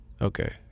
Okay